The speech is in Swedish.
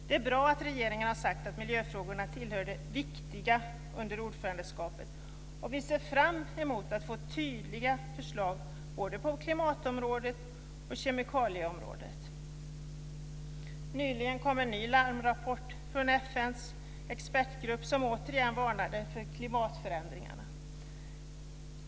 Det är bra att regeringen har sagt att miljöfrågorna tillhör de viktiga frågorna under ordförandeskapet, och vi ser fram emot att få tydliga förslag både på klimatområdet och på kemikalieområdet. Nyligen kom en ny larmrapport från FN:s expertgrupp som återigen varnade för klimatförändringarna.